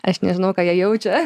aš nežinau ką jie jaučia